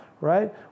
right